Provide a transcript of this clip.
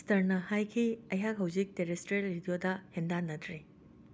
ꯏꯁꯇ꯭ꯔꯥꯟꯅ ꯍꯥꯏꯈꯤ ꯑꯩꯍꯥꯛ ꯍꯧꯖꯤꯛ ꯇꯦꯔꯦꯁꯇ꯭ꯔꯤꯌꯦꯜ ꯔꯦꯗꯤꯌꯣꯗ ꯍꯦꯟꯗꯥꯟꯅꯗ꯭ꯔꯦ